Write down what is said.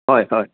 হয় হয়